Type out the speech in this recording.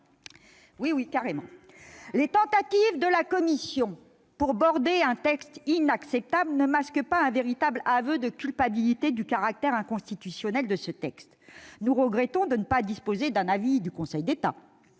! Eh oui ! Les tentatives de la commission pour « border » un texte inacceptable ne masquent pas un véritable aveu de culpabilité s'agissant du caractère inconstitutionnel de ce texte. Nous regrettons d'ailleurs de ne pas disposer d'un avis du Conseil d'État.